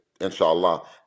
inshallah